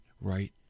right